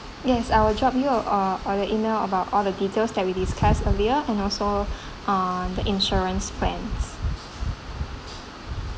yes I will drop you uh all the email about all the details that we discussed earlier and also ah the insurance plans